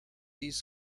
these